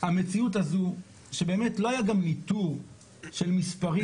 המציאות הזו שבאמת לא היה גם ניטור של מספרים,